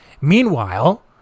Meanwhile